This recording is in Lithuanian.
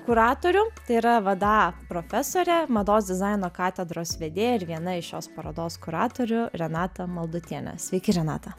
kuratorių tai yra vada profesorė mados dizaino katedros vedėja ir viena iš šios parodos kuratorių renata maldutienė sveiki renata